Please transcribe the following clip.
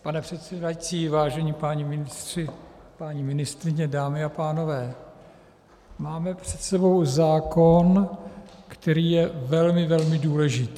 Pane předsedající, vážení páni ministři, paní ministryně, dámy a pánové, máme před sebou zákon, který je velmi, velmi důležitý.